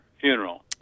funeral